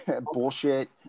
bullshit